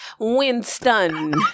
Winston